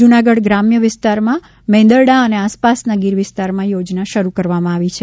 જૂનાગઢ ગ્રામ્ય વિસ્તારમાં મેંદરડા અને આસપાસના ગીર વિસ્તારમાં યોજના શરૂ કરવામાં આવી છે